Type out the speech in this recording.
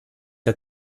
der